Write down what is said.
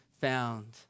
found